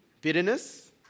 bitterness